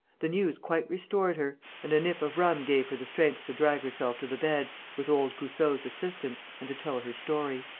the news quite restored her and a nip of rum gave her the strength to drag herself to the bed, with old goussot's assistance, and to tell her story.